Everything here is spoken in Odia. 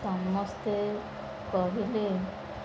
ସମସ୍ତେ କହିଲେ